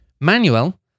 Manuel